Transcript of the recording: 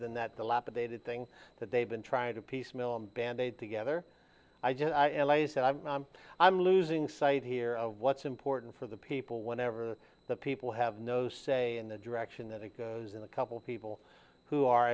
than that the lap of david thing that they've been trying to piecemeal band aid together i just lay is that i'm i'm losing sight here of what's important for the people whenever the people have no say in the direction that it goes in a couple of people who are